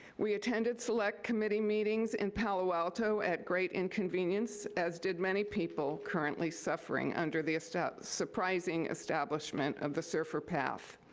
we attended select committee meetings in palo alto at great inconvenience, as did many people currently suffering under the surprising establishment of the serfr path.